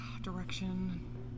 Direction